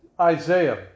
Isaiah